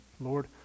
Lord